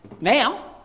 now